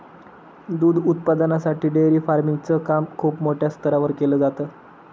दूध उत्पादनासाठी dairy farming च काम खूप मोठ्या स्तरावर केल जात